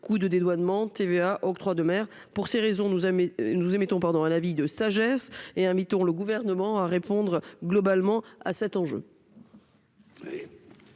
coup de dédouanement TVA octroi de mer pour ces raisons, nous ah mais nous émettons, pardon, un avis de sagesse et invitant le gouvernement à répondre globalement à cet enjeu.